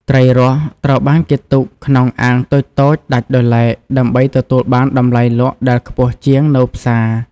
ត្រីរស់ ត្រូវបានគេទុកក្នុងអាងតូចៗដាច់ដោយឡែក ដើម្បីទទួលបានតម្លៃលក់ដែលខ្ពស់ជាងនៅផ្សារ។